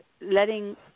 letting